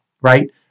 Right